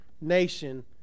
nation